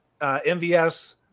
MVS